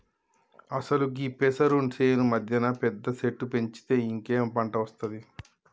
అసలు గీ పెసరు సేను మధ్యన పెద్ద సెట్టు పెంచితే ఇంకేం పంట ఒస్తాది